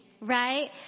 right